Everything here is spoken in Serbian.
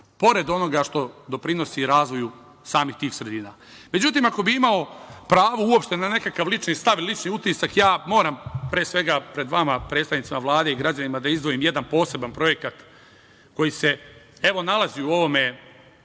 pored onoga što doprinosi razvoju samih tih sredina.Međutim, ako bih imao pravo uopšte na nekakav lični stav i lični utisak, ja moram, pre svega, pred vama predstavnicima Vlade i građanima da izdvojim jedan poseban projekat koji se, evo, nalazi u ovom